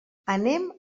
anem